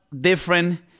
different